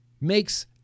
makes